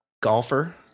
golfer